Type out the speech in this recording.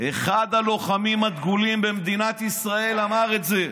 אחד הלוחמים הדגולים במדינת ישראל אמר את זה,